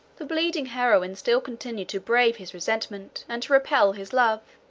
the bleeding heroine still continued to brave his resentment, and to repel his love,